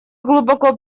глубоко